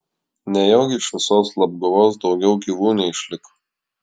nejaugi iš visos labguvos daugiau gyvų neišliko